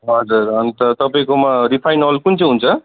हजुर अन्त तपाईँकोमा रिफाइन कुन चाहिँ हुन्छ